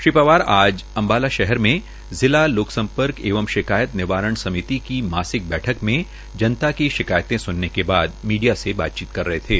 श्री पंवार आज अम्बाला शहर में जिला लोक सम्पर्क एवं शिकायत निवारण समिति की मासिक बैठक में जनता की शिकायतें सुनने के बाद मीडिया से बातचीत कर रहे थे